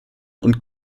und